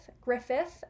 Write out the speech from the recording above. Griffith